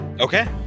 okay